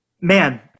man